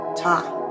time